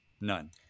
None